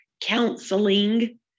counseling